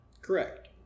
Correct